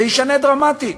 זה ישנה דרמטית.